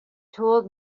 told